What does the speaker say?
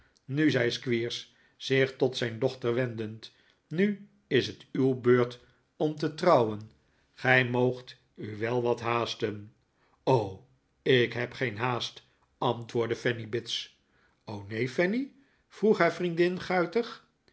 nu zei squeers zich tot zijn dochter wendend nu is het uw beurt om te trouwen gij moogt u wel wat haasten ik heb geen haast antwoordde fanny bits neen fanny vroeg haar vriendin guitig